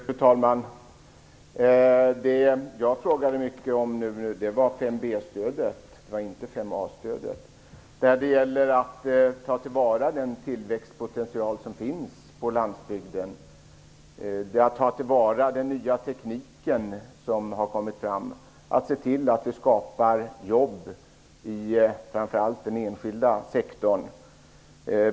Fru talman! Det jag frågade om var 5b-stödet och inte 5a-stödet. Det gäller att ta till vara den tillväxtpotential som finns på landsbygden, ta till vara den nya teknik som har kommit fram och se till att skapa jobb i framför allt den enskilda sektorn.